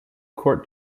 court